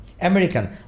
American